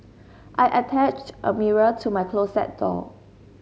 I attached a mirror to my closet door